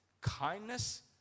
kindness